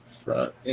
front